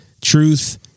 truth